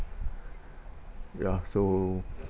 ya so